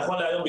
נכון להיום,